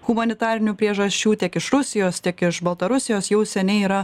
humanitarinių priežasčių tiek iš rusijos tiek iš baltarusijos jau seniai yra